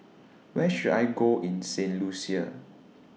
Where should I Go in Saint Lucia